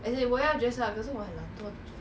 ya 你盖住你那个 lips